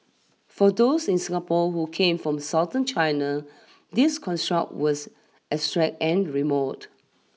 for those in Singapore who came from Southern China this construct was abstract and remote